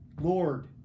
Lord